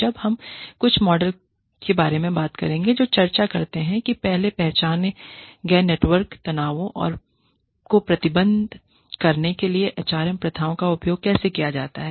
अब हम कुछ मॉडल के बारे में बात करेंगे जो चर्चा करते हैं कि पहले से पहचाने गए नेटवर्क तनावों को प्रबंधित करने के लिए एचआरएम प्रथाओं का उपयोग कैसे किया जाता है